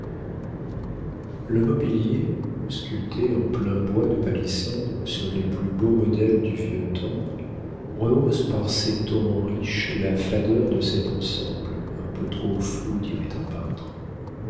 le mobilier sculpté en plein bois de palissandre sur les plus beaux modèles du vieux temps rehausse par ses tons riches la fadeur de cet ensemble un peu trop flou dirait un peintre